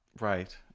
right